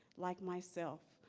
like myself,